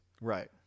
right